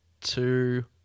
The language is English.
two